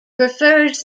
prefers